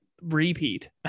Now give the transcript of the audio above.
repeat